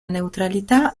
neutralità